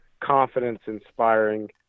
confidence-inspiring